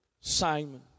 Simon